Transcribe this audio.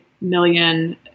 million